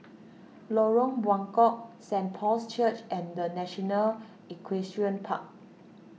Lorong Buangkok Saint Paul's Church and the National Equestrian Park